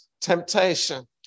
temptation